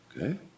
Okay